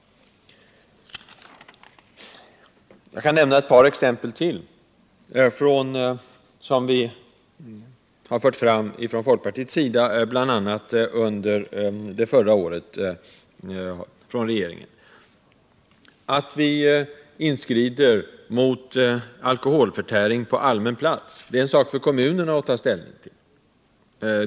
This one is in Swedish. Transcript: Jag kan nämna ett par tankar till som vi har fört fram från folkpartiets sida, bl.a. i regeringen under förra året. Ingripande mot alkoholförtäring på allmän plats — det är en sak för kommunerna att ta ställning till.